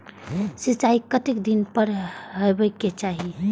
सिंचाई कतेक दिन पर हेबाक चाही?